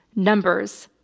numbers.